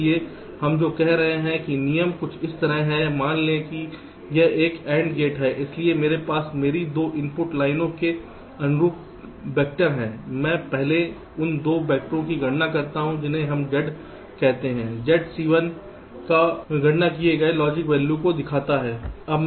इसलिए हम जो कह रहे हैं कि नियम कुछ इस तरह है मान लें कि यह एक ANDगेट है इसलिए मेरे पास मेरी 2 इनपुट लाइनों के अनुरूप वैक्टर हैं मैं पहले उन 2 वैक्टरों की गणना करता हूं जिन्हें हम Z कहते हैं Z Cl पर गणना किए गए लॉजिक वैल्यू को दिखाता है